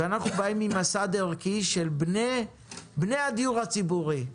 אנחנו באים ממסד ערכי של בני הדיור הציבורי,